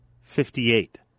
Fifty-eight